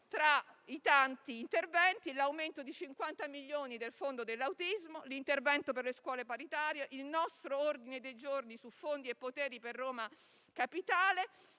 Tra i tanti interventi, penso all'incremento di 50 milioni annui del Fondo sull'autismo, all'intervento per le scuole paritarie, ai nostri ordini del giorno su fondi e poteri per Roma Capitale